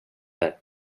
dig